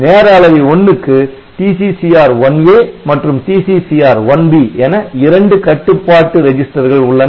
நேர அளவி 1 க்கு TCCR1A மற்றும் TCCR1B என இரண்டு கட்டுப்பாட்டு ரெஜிஸ்டர்கள் உள்ளன